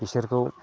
बिसोरखौ